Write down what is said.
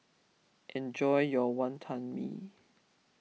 enjoy your Wonton Mee